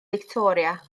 victoria